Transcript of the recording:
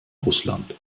russland